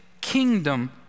kingdom